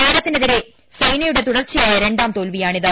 താരത്തി നെതിരെ സൈനയുടെ തുടർച്ചയായ രണ്ടാം തോൽവിയാണിത്